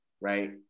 Right